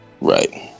Right